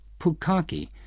Pukaki